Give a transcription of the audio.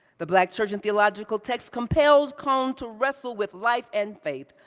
the black church and theological text compels cone to wrestle with life and faith,